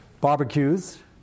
barbecues